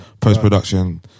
post-production